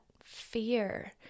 fear